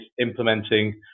implementing